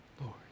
Lord